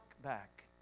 back